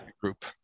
group